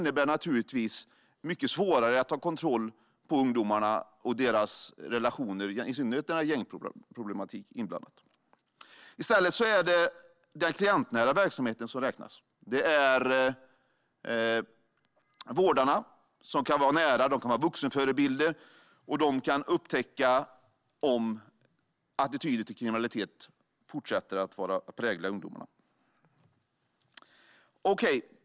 Där är det naturligtvis svårare att ta kontroll över ungdomarna och deras relationer, i synnerhet när det är gängproblematik inblandat. I stället är det den klientnära verksamheten som räknas. Det är vårdarna som kan vara nära. De kan vara vuxenförebilder och upptäcka om attityden till kriminalitet fortsätter att prägla ungdomarna.